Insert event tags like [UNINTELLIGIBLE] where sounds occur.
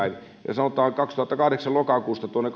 sanotaan että kaksituhattakahdeksan lokakuusta tuonne [UNINTELLIGIBLE]